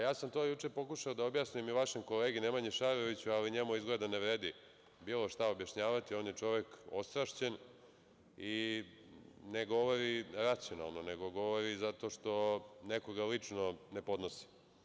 Juče sam pokušao da objasnim i vašem kolegi Nemanji Šaroviću, ali njemu izgleda ne vredi bilo šta objašnjavati, on je čovek ostrašćen i ne govori racionalno, nego govori zato što nekoga lično ne podnosi.